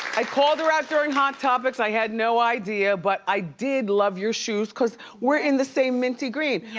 i called her out during hot topics, i had no idea but i did love your shoes cause we're in the same minty green, yeah